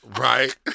Right